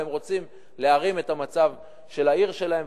והם רוצים להרים את המצב של העיר שלהם,